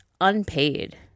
unpaid